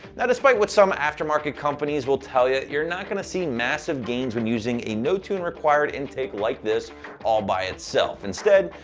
now despite what some aftermarket companies will tell you, you're not gonna see massive gains when using a no-tune-required intake like this all by itself. instead,